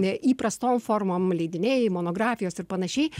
įprastom formom leidiniai monografijos ir panašiai